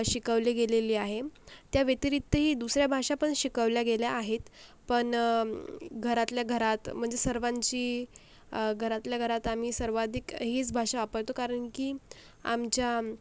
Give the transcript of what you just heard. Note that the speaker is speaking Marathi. शिकवली गेलेली आहे त्या व्यतिरिक्तही दुसऱ्या भाषा पण शिकवल्या गेल्या आहेत पण घरातल्या घरात म्हणजे सर्वांची घरातल्या घरात आम्ही सर्वाधिक हीच भाषा वापरतो कारण की आमच्या